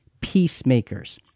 peacemakers